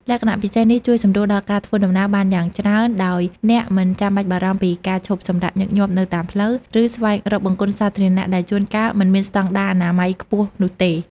លក្ខណៈពិសេសនេះជួយសម្រួលដល់ការធ្វើដំណើរបានយ៉ាងច្រើន ដោយអ្នកមិនចាំបាច់បារម្ភពីការឈប់សម្រាកញឹកញាប់នៅតាមផ្លូវ ឬស្វែងរកបង្គន់សាធារណៈដែលជួនកាលមិនមានស្តង់ដារអនាម័យខ្ពស់នោះទេ។